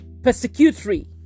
persecutory